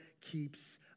keeps